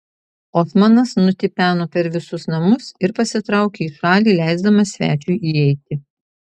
osmanas nutipeno per visus namus ir pasitraukė į šalį leisdamas svečiui įeiti